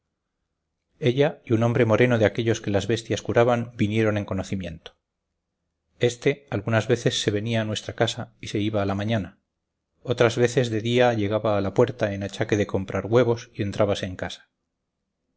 ella y un hombre moreno de aquellos que las bestias curaban vinieron en conocimiento éste algunas veces se venía a nuestra casa y se iba a la mañana otras veces de día llegaba a la puerta en achaque de comprar huevos y entrábase en casa